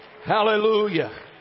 Hallelujah